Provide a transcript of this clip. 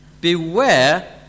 Beware